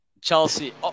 Chelsea